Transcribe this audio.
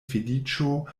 feliĉo